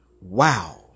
wow